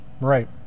Right